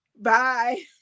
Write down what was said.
Bye